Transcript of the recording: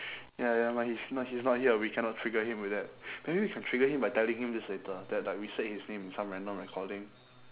ya never mind he's not he's not here we cannot trigger him with that maybe we can trigger him by telling him this later that like we said his name in some random recording